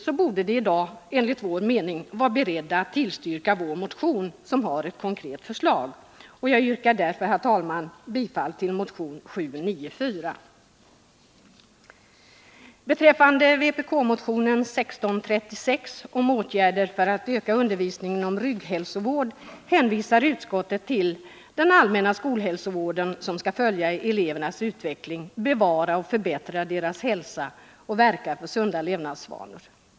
Således borde riksdagens ledamöter i dag vara beredda att tillstyrka vår motion, som innebär ett konkret förslag i detta avseende. Jag yrkar därför, herr talman, bifall till motion 794. Beträffande vpk-motionen 1636 om åtgärder för att öka undervisningen om rygghälsovård hänvisar utskottet till den allmänna skolhälsovården som skall följa elevernas utveckling, bevara och förbättra deras hälsa och verka för sunda levnadsvanor.